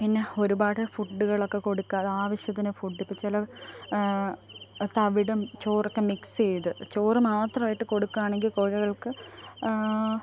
പിന്നെ ഒരുപാട് ഫുഡ്കൾ ഒക്കെ കൊടുക്കാതെ ആവശ്യത്തിന് ഫുഡ് ഇപ്പം ചില തവിടും ചോർ ഒക്കെ മിക്സ് ചെയ്ത് ചോറ് മാത്രമായിട്ട് കൊടുക്കുകയാണെങ്കിൽ കോഴികൾക്ക്